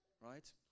right